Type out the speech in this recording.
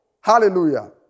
Hallelujah